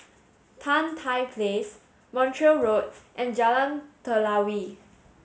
Tan Tye Place Montreal Road and Jalan Telawi